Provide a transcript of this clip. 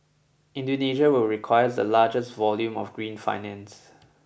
Indonesia will require the largest volume of green finance